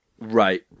right